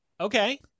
Okay